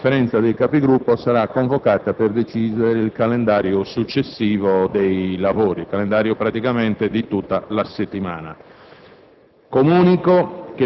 Conferenza dei Capigruppo sarà convocata per decidere il calendario successivo dei lavori dell'Assemblea, praticamente di tutta la settimana.